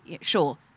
sure